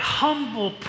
humble